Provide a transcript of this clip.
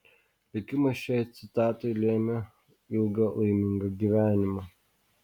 likimas šiai citatai lėmė ilgą laimingą gyvenimą